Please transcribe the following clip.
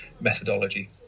methodology